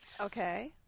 Okay